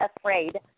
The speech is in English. afraid